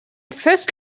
first